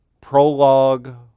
prologue